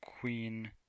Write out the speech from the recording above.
Queen